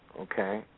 Okay